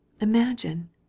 Imagine